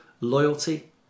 Loyalty